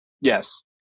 Yes